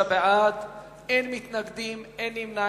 אין מתנגדים ואין נמנעים.